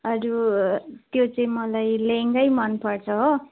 अरू त्यो चाहिँ मलाई लेहेङ्गै मनपर्छ हो